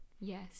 yes